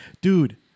Dude